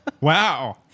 Wow